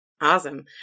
Awesome